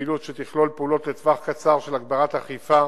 בפעילות שתכלול פעולות לטווח קצר של הגברת האכיפה,